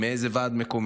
מאיזה ועד מקומי,